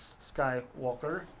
Skywalker